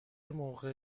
موقع